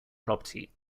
property